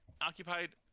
occupied